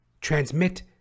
transmit